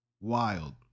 Wild